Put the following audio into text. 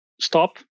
stop